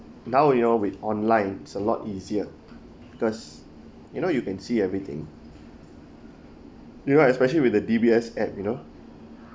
now we all with online is a lot easier because you know you can see everything you know especially with the D_B_S app you know